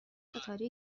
ستاره